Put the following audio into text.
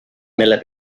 miller